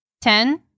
Ten